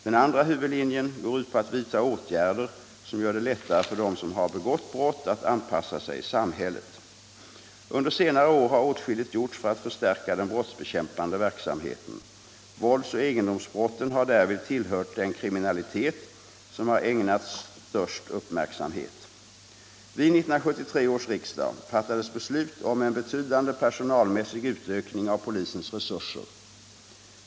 Den andra huvudlinjen går ut på att vidta åtgärder som gör det lättare för dem som har begått brott att anpassa sig i samhället. Under senare år har åtskilligt gjorts för att förstärka den brottsbekämpande verksamheten. Våldsoch egendomsbrotten har därvid tillhört den kriminalitet som har ägnats störst uppmärksamhet. Vid 1973 års riksdag fattades beslut om en betydande personalmässig utökning av polisens resurser.